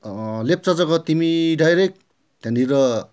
लेप्चा जगत् तिमी डाइरेक्ट त्यहाँनिर